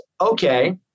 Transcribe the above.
Okay